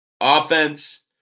offense